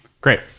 Great